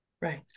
right